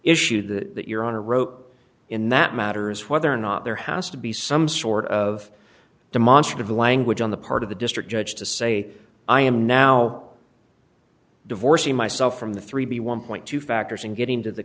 issue that you're on a rope in that matter is whether or not there has to be some sort of demonstrative language on the part of the district judge to say i am now divorcing myself from the three b one point two factors and getting to the